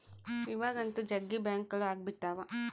ಇವಾಗಂತೂ ಜಗ್ಗಿ ಬ್ಯಾಂಕ್ಗಳು ಅಗ್ಬಿಟಾವ